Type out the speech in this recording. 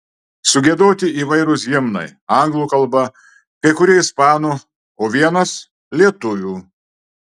sugiedoti įvairūs himnai anglų kalba kai kurie ispanų o vienas lietuvių